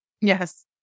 Yes